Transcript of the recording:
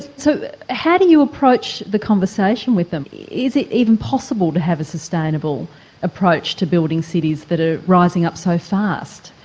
so how do you approach the conversation with them, is it even possible to have a sustainable approach to building cities that are rising up so fast?